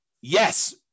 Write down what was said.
Yes